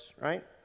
right